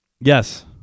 Yes